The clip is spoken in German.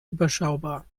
überschaubar